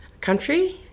country